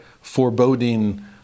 foreboding